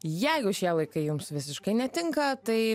jeigu šie laikai jums visiškai netinka tai